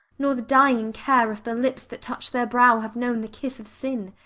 nor the dying care if the lips that touch their brow have known the kiss of sin.